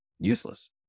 useless